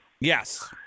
Yes